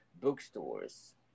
bookstores